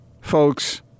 folks—